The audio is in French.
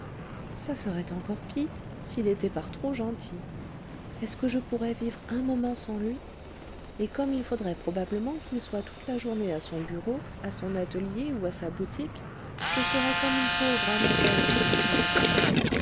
ça serait encore pis s'il était par trop gentil est-ce que je pourrais vivre un moment sans lui et comme il faudrait probablement qu'il soit toute la journée à son bureau à son atelier ou à sa boutique je serais comme une pauvre âme en peine pendant son absence